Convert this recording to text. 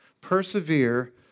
Persevere